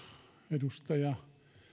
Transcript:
edustaja